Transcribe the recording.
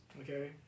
Okay